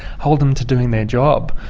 hold them to doing their job.